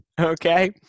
okay